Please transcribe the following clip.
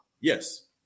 yes